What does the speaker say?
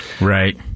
Right